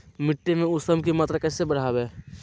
मिट्टी में ऊमस की मात्रा कैसे बदाबे?